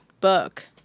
book